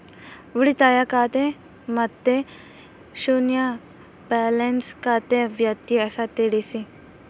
ಉಳಿತಾಯ ಖಾತೆ ಮತ್ತೆ ಶೂನ್ಯ ಬ್ಯಾಲೆನ್ಸ್ ಖಾತೆ ವ್ಯತ್ಯಾಸ ತಿಳಿಸಿ?